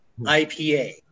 IPA